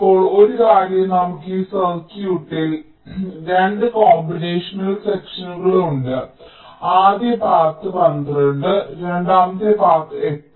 ഇപ്പോൾ ഒരു കാര്യം നമുക്ക് ഈ സർക്യൂട്ടിൽ 2 കോമ്പിനേഷണൽ സെക്ഷനുകൾ ഉണ്ട് ആദ്യ പാത്ത് 12 രണ്ടാമത്തെ പാത്ത് 8